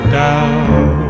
down